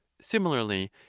Similarly